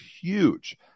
huge